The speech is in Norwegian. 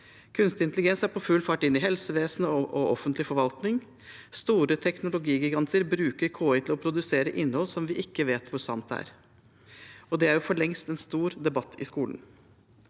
Kunstig intelligens er på full fart inn i helsevesenet og offentlig forvaltning. Store teknologigiganter bruker KI til å produsere innhold som vi ikke vet hvor sant er, og det er for lengst en stor debatt i skolen.